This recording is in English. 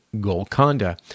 Golconda